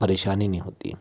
परेशान नहीं होती